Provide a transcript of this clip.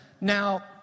now